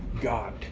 God